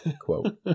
quote